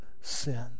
sin